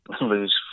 lose